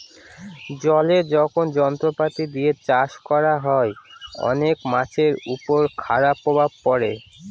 জলে যখন যন্ত্রপাতি দিয়ে চাষ করা হয়, অনেক মাছের উপর খারাপ প্রভাব পড়ে